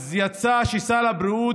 אז יצא שסל הבריאות הוא